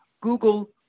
Google